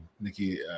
Nikki